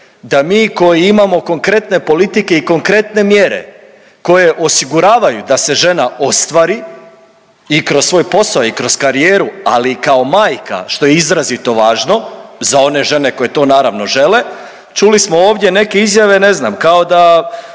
da mi koji imamo konkretne politike i konkretne mjere koje osiguravaju da se žena ostvari i kroz svoj posao i kroz karijeru, ali i kao majka što je izrazito važno za one žene koje to naravno žele, čuli smo ovdje neke izjave ne znam kao da